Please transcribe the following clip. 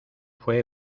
fue